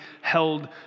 held